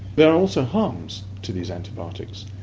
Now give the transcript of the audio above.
but also harms to these antibiotics.